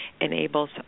enables